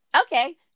okay